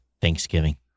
Thanksgiving